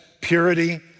purity